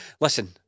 Listen